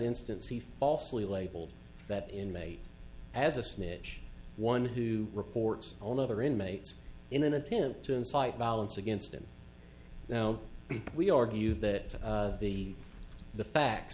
instance he falsely labeled that inmate as a snitch one who reports on other inmates in an attempt to incite violence against him now we argue that the the facts